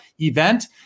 event